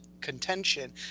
contention